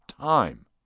time